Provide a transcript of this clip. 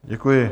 Děkuji.